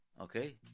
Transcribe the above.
okay